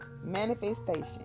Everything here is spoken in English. manifestation